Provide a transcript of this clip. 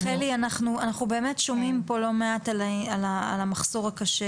רחלי אנחנו באמת שומעים פה לא מעט על המחסור הקשה